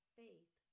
faith